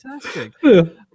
fantastic